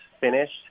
finished